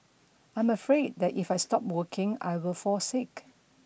I am afraid that if I stop working I will fall sick